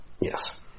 Yes